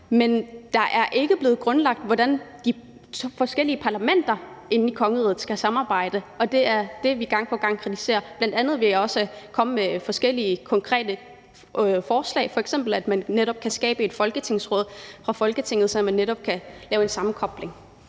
Men det er ikke blevet grundlagt, hvordan de forskellige parlamenter inde i kongeriget skal samarbejde, og det er det, vi gang på gang kritiserer, bl.a. ved også at komme med forskellige konkrete forslag, f.eks. at man kan skabe et Folketingsråd fra Folketinget, så man netop kan lave en sammenkobling.